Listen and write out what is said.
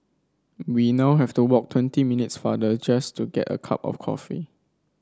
we now have to walk twenty minutes farther just to get a cup of coffee